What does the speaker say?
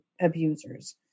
abusers